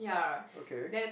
okay